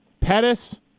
Pettis